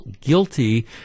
guilty